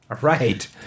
Right